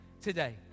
today